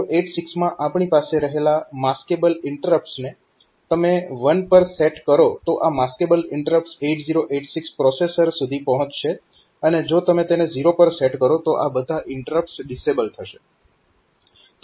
તો 8086 માં આપણી પાસે રહેલા માસ્કેબલ ઇન્ટરપ્ટસને તમે 1 પર સેટ કરો તો આ માસ્કેબલ ઇન્ટરપ્ટ્સ 8086 પ્રોસેસર સુધી પહોંચશે અને જો તમે તેને 0 પર સેટ કરો તો આ બધા ઇન્ટરપ્ટસ ડિસેબલ થશે